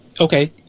Okay